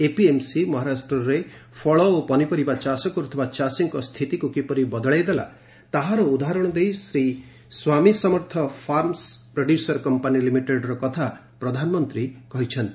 APMC ମହାରାଷ୍ଟ୍ରରେ ଫଳ ଓ ପନିପରିବା ଚାଷ କରୁଥିବା ଚାଷୀଙ୍କ ସ୍ଥିତିକୁ କିପରି ବଦଳାଇ ଦେଲା ତାହାର ଉଦାହରଣ ଦେଇ Shri Swami Samarth farmers producer company ଲିମିଟେଡର କଥା ପ୍ରଧାନମନ୍ତ୍ରୀ କହିଛନ୍ତି